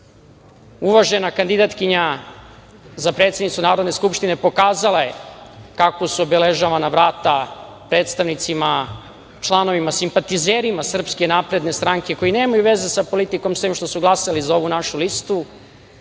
Uvažena kandidatkinja za predsednicu Skupštine pokazala je kako su obeležavana vrata predstavnicima, članovima, simpatizerima SNS, koji nemaju veze sa politikom, sem što su glasali za ovu našu listu. Ali